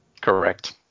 correct